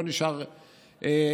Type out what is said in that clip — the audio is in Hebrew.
לא נשאר במסורת.